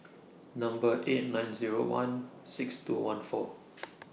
Number eight nine Zero one six two one four